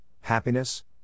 happiness